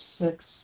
six